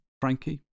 Frankie